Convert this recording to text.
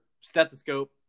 stethoscope